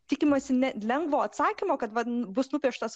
tikimasi ne lengvo atsakymo kad va bus nupieštas